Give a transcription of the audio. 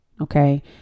okay